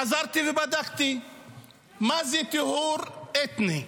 חזרתי ובדקתי מה זה טיהור אתני.